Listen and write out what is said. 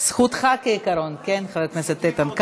זכותך, בעיקרון, חבר הכנסת איתן כבל.